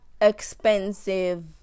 Expensive